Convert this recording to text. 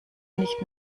nicht